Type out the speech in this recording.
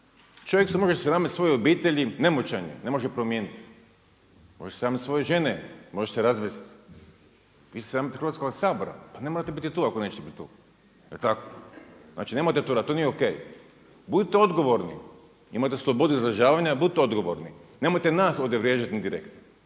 čovjek se može sramiti svoje obitelji, ne moćan je, ne može ju promijeniti. Može samo svoje žene, može se razvesti. Vi se sramite Hrvatskoga sabora. Pa ne morate biti tu ako nećete biti tu jel tako? Znači nemojte to raditi, to nije ok. Budite odgovorni, imajte slobodu izražavanja, budite odgovorni, nemojte nas ovdje vrijeđati indirektno.